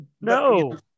No